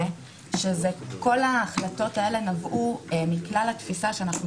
שכל ההחלטות האלה נבעו מכלל התפיסה שאנחנו